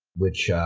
which,